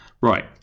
Right